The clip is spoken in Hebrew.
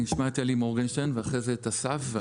נשמע את אלי מורגנשטרן ואחרי זה את אסף.